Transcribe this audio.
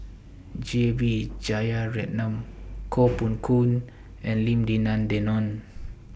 J B Jeyaretnam Koh Poh Koon and Lim Denan Denon